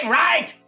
right